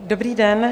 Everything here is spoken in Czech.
Dobrý den.